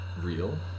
real